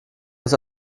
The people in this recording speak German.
aus